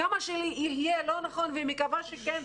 כמה שיהיה לא נכון ומקווה שכן,